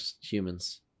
humans